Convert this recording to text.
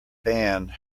band